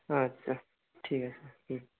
আচ্ছা ঠিক আছে হুম